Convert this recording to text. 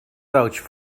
vouch